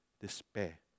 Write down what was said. despair